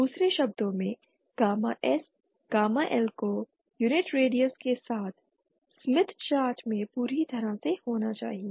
दूसरे शब्दों में गामा S गामा L को यूनिट रेडियस के स्मिथ चार्ट में पूरी तरह से होना चाहिए